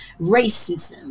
racism